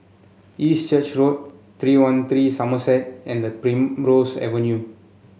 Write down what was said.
East Church Road Three One Three Somerset and Primrose Avenue